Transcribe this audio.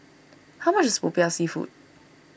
how much is Popiah Seafood